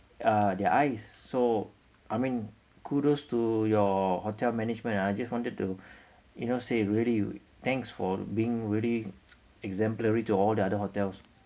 uh their eyes so I mean kudos to your hotel management and I just wanted to you know say really thanks for being really exemplary to all the other hotels